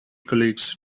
colleagues